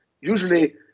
Usually